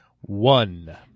One